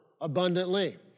abundantly